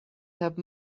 have